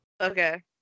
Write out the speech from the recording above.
Okay